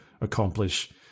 accomplish